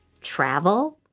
travel